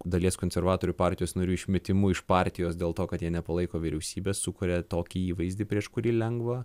dalies konservatorių partijos narių išmetimu iš partijos dėl to kad jie nepalaiko vyriausybės sukuria tokį įvaizdį prieš kurį lengva